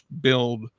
build